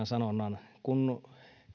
sanonnan kun